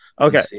Okay